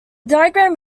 diagram